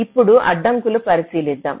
ఇప్పుడు అడ్డంకులను పరిశీలిద్దాం